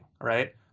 right